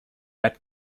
met